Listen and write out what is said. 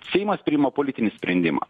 seimas priima politinį sprendimą